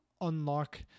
unlock